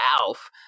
Alf